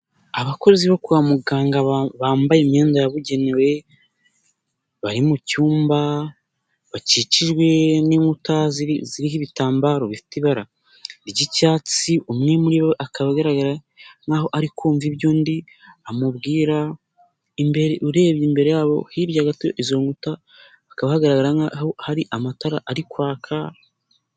Abakozi bo kwa muganga bambaye imyenda yabugenewe bari mu cyumba bakikijwe n'inkuta ziriho ibitambaro bifite ibara ry'icyatsi, umwe muri bo akaba agaragara nkaho ari kumva iby'undi amubwira, ureba imbere yabo hirya gato izo nkuta hakaba hagaragara hari amatara ari kwaka.